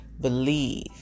believe